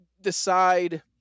decide